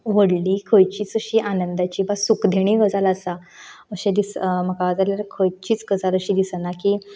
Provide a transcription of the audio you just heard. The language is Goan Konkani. व्हडली खंयचीच अशीं आनंदाची वा सुखदिणीं गजाल आसा अशें दीस म्हाका जाल्यार खंयचीच गजाल अशीं दिसनां की